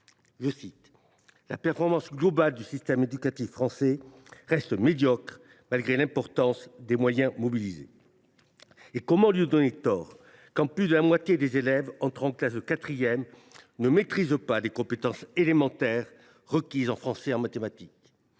:«[…] la performance globale du système éducatif français […] reste médiocre malgré l’importance des moyens mobilisés ». Comment lui donner tort, quand plus de la moitié des élèves entrant en classe de quatrième ne maîtrisent pas les compétences élémentaires requises en français et en mathématiques,